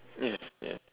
yes ya